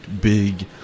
big